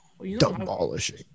demolishing